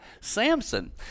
Samson